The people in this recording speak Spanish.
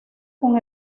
con